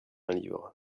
livres